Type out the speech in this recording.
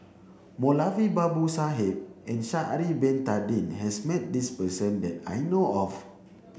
Moulavi Babu Sahib and Sha'ari bin Tadin has met this person that I know of